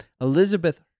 Elizabeth